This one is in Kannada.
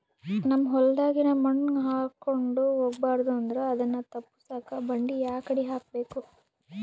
ನಮ್ ಹೊಲದಾಗಿನ ಮಣ್ ಹಾರ್ಕೊಂಡು ಹೋಗಬಾರದು ಅಂದ್ರ ಅದನ್ನ ತಪ್ಪುಸಕ್ಕ ಬಂಡಿ ಯಾಕಡಿ ಹಾಕಬೇಕು?